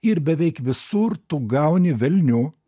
ir beveik visur tu gauni velnių